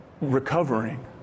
recovering